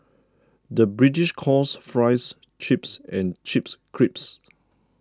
the British calls Fries Chips and Chips Crisps